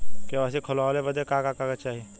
KYC खोलवावे बदे का का कागज चाही?